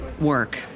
work